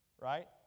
right